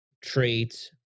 traits